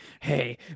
Hey